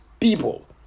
people